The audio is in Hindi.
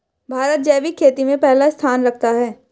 भारत जैविक खेती में पहला स्थान रखता है